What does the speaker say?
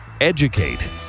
Educate